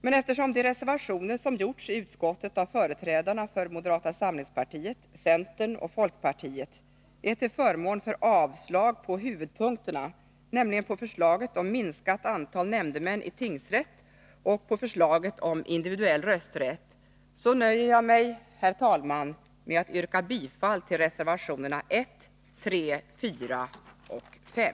Men eftersom de reservationer som gjorts i utskottet av företrädarna för moderata samlingspartiet, centern och folkpartiet är till förmån för avslag på huvudpunkterna, nämligen på förslaget om minskat antal nämndemän i tingsrätt och på förslaget om individuell rösträtt, så nöjer jag mig med att yrka bifall till reservationerna 1, 3, 4 och 5.